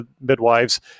midwives